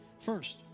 first